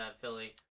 Philly